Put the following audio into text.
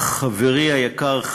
שקיבלו החזרים וכעת לא יקבלו את הסכום?